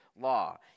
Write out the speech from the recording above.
law